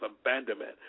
abandonment